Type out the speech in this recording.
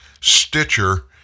Stitcher